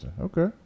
okay